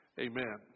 Amen